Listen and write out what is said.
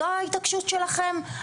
זו ההתעקשות שלכם?